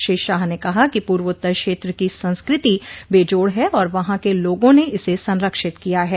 श्री शाह न कहा कि पूर्वोत्तर क्षेत्र की संस्कृति बेजोड़ है और वहां के लोगों ने इसे संरक्षित किया है